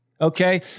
Okay